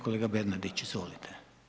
Kolega Bernardić, izvolite.